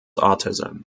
autism